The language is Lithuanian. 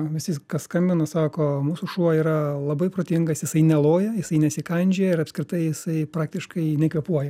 visi kas skambina sako mūsų šuo yra labai protingas jisai neloja jisai nesikandžioja ir apskritai jisai praktiškai nekvėpuoja